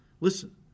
listen